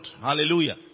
Hallelujah